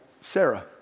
Sarah